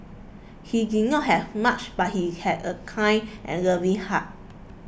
he did not have much but he had a kind and loving heart